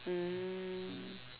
mm